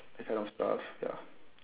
that kind of stuff ya